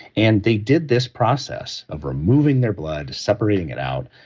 and they did this process of removing their blood, separating it out,